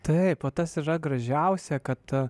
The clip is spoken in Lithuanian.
taip o tas yra gražiausia kad